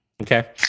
okay